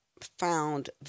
found